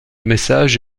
message